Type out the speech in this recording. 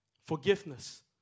Forgiveness